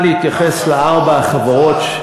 אני מוכן להתייחס לארבע החברות,